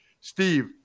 Steve